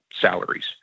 salaries